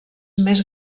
més